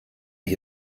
ich